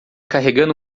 carregando